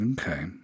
okay